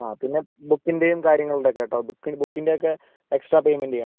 ആ പിന്നെ ബുക്കിൻ്റെയും കാര്യങ്ങളും ഉണ്ട് കേട്ടോ ബുക്ക് ബുക്കിൻ്റെ ഒക്കെ എക്സ്ട്രാ പേയ്മെന്റ് ചെയ്യണം